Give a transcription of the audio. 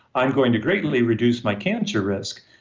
i'm going to greatly reduce my cancer risk.